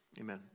Amen